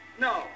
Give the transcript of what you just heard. No